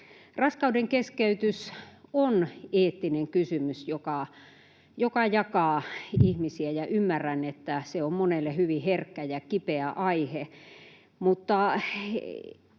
Raskaudenkeskeytys on eettinen kysymys, joka jakaa ihmisiä, ja ymmärrän, että se on monelle hyvin herkkä ja kipeä aihe.